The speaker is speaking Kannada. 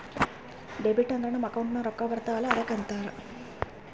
ಡೆಬಿಟ್ ಅಂದುರ್ ನಮ್ ಅಕೌಂಟ್ ನಾಗ್ ರೊಕ್ಕಾ ಬರ್ತಾವ ಅಲ್ಲ ಅದ್ದುಕ ಅಂತಾರ್